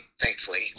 thankfully